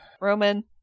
roman